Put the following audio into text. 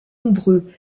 nombreux